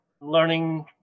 Learning